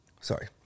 Sorry